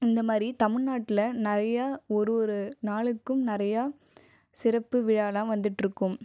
இந்தமாதிரி தமிழ் நாட்டில் நிறையா ஒரு ஒரு நாளுக்கும் நிறையா சிறப்பு விழாலாம் வந்துட்டிருக்கும்